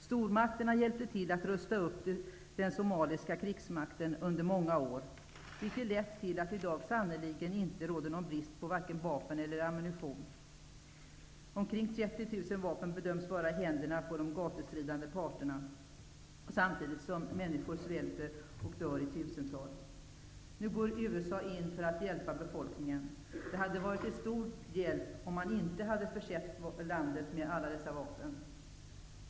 Stormakterna hjälpte till att rusta upp den somaliska krigsmakten under många år, vilket har lett till att det i dag sannerligen inte råder någon brist på vare sig vapen eller ammunition. Omkring 30 000 vapen bedöms vara i händerna på de gatustridande parterna, samtidigt som människor svälter och dör i tusental. Nu går USA in för att hjälpa befolkningen. Det hade varit till stor hjälp om man inte hade försett landet med alla dessa vapen.